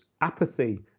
apathy